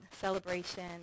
celebration